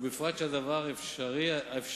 ובפרט שהדבר אפשר